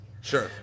Sure